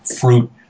fruit